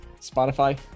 Spotify